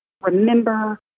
remember